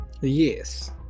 Yes